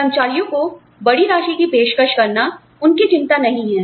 कर्मचारियों को बड़ी राशि की पेशकश करना उनकी चिंता नहीं है